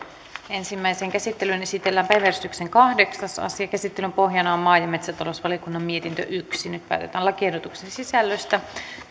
ensimmäiseen käsittelyyn esitellään päiväjärjestyksen kahdeksas asia käsittelyn pohjana on maa ja metsätalousvaliokunnan mietintö yksi nyt päätetään lakiehdotuksen sisällöstä